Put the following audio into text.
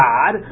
God